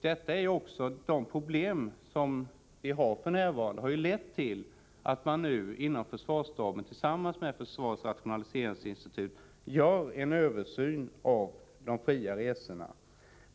De problem som vi har f. n. har lett till att man nu inom försvarsstaben tillsammans med försvarets rationaliseringsinstitut gör en översyn av. de fria resorna.